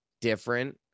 different